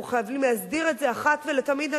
אנחנו חייבים להסדיר את זה אחת ולתמיד.